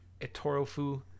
etorofu